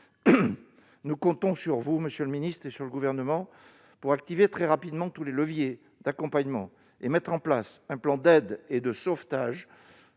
nous comptons sur vous et sur le Gouvernement pour activer très rapidement tous les leviers d'accompagnement et mettre en place un plan d'aide et de sauvetage